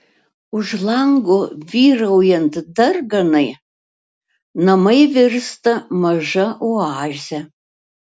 už lango vyraujant darganai namai virsta maža oaze